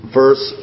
verse